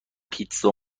پیتزا